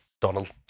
Donald